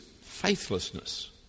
faithlessness